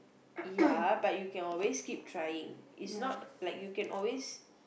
ya but you can always keep trying it's not like you can always